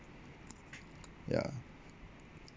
ya